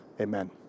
amen